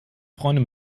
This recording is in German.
freunde